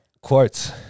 quotes